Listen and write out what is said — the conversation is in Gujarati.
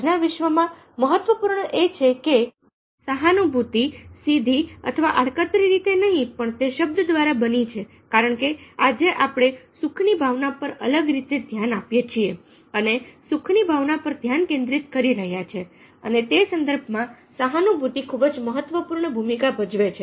આજના વિશ્વમાં મહત્વપૂર્ણ એ છે કે સહાનુભૂતિ સીધી અથવા આડકતરી તે નહીં પણ તે શબ્દ દ્વારા બની છેકારણકે આજે આપણે સુખની ભાવના પર અલગ રીતે ધ્યાન આપીએ છીએ અને સુખની ભાવના પર ધ્યાન કેન્દ્રિત કરી રહ્યા છે અને તે સંદર્ભમાં સહાનુભૂતિ ખૂબ જ મહત્વપૂર્ણ ભૂમિકા ભજવે છે